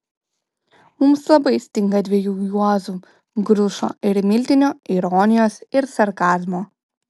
mums labai stinga dviejų juozų grušo ir miltinio ironijos ir sarkazmo